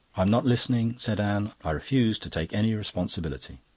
i'm not listening, said anne. i refuse to take any responsibility.